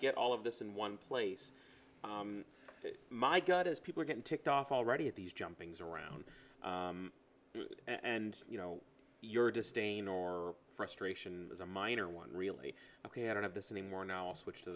get all of this in one place my gut is people are getting ticked off already at these jumping around and you know your disdain or frustration is a minor one really ok i don't have this anymore now i'll switch to